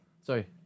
Sorry